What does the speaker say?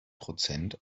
prozent